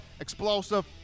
explosive